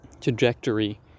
trajectory